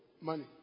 money